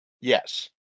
Yes